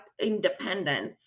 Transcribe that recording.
independence